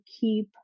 keep